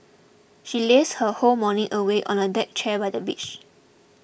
she lazed her whole morning away on a deck chair by the beach